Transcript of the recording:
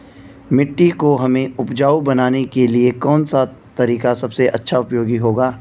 मिट्टी को हमें उपजाऊ बनाने के लिए कौन सा तरीका सबसे अच्छा उपयोगी होगा?